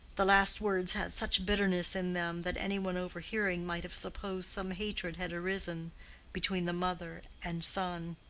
the last words had such bitterness in them that any one overhearing might have supposed some hatred had arisen between the mother and son.